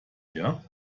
her